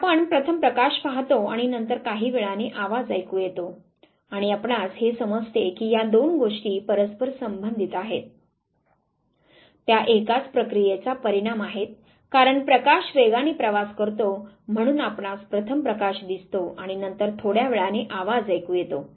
तर आपण प्रथम प्रकाश पाहतो आणि नंतर काही वेळाने आवाज ऐकू येतो आणि आपणास हे समजते की या दोन गोष्टी परस्पर संबंधित आहेत त्या एकाच प्रक्रियेचा परिणाम आहेत कारण प्रकाश वेगाने प्रवास करतो म्हणून आपणास प्रथम प्रकाश दिसतो आणि नंतर थोड्या वेळाने आवाज ऐकू येतो